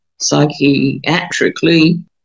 psychiatrically